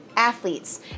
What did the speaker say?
athletes